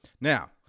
Now